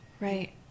Right